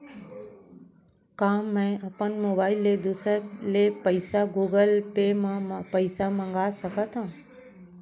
का मैं अपन मोबाइल ले दूसर ले पइसा गूगल पे म पइसा मंगा सकथव?